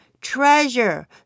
treasure